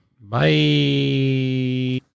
Bye